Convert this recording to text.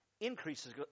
increases